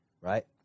right